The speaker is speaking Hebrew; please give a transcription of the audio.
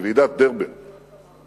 הוא התחיל בוועידת דרבן ב-2001,